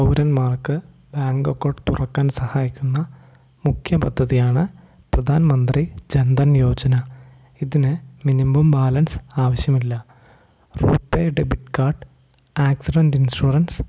പൗരന്മാർക്ക് bank account തുറക്കാൻ സഹായിക്കുന്ന മുഖ്യ പദ്ധതിയാണ് പ്രധാൻമന്ത്രി ജന്ധൻ യോജന ഇതിന് മിനിമം ബാലൻസ് ആവശ്യമില്ല RuPay debit card accident insurance